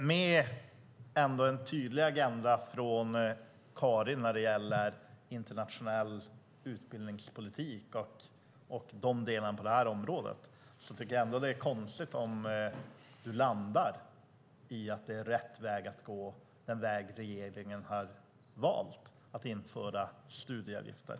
Med en tydlig agenda från Karin när det gäller internationell utbildningspolitik och de delarna på det här området tycker jag ändå att det är konstigt om hon landar i att det är rätt väg att gå den väg regeringen har valt: att införa studieavgifter.